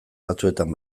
batzuetan